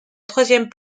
troisième